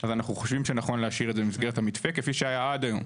אז אנחנו חושבים שנכון להשאיר את זה במסגרת המתווה כפי שהיה עד היום.